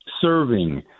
serving